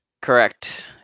Correct